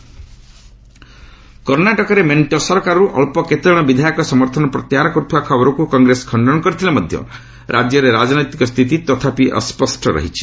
କର୍ଣ୍ଣାଟକ କର୍ଣ୍ଣାଟକରେ ମେଣ୍ଟ ସରକାରରୁ ଅଞ୍ଚ କେତେଜଣ ବିଧାୟକ ସମର୍ଥନ ପ୍ରତ୍ୟାହାର କର୍ରଥିବା ଖବରକୁ କଂଗ୍ରେସ ଖଣ୍ଡନ କରିଥିଲେ ମଧ୍ୟ ରାଜ୍ୟରେ ରାଜନୈତିକ ସ୍ଥିତି ତଥାପି ଅସ୍ୱଷ୍ଟ ରହିଛି